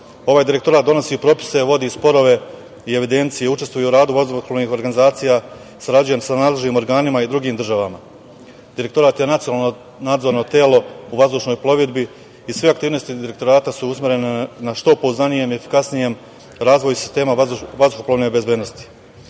Direktorat donosi propise, vodi sporove i evidencije, učestvuje u radu vazduhoplovnih organizacija, sarađuje sa nadležnim organima i drugim državama. Direktorat je nacionalno nadzorno telo u vazdušnoj plovidbi i sve aktivnosti Direktorata su usmerene na što pouzdanijem, efikasnijem razvoju sistema vazduhoplovne bezbednosti. Kontrola